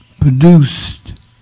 produced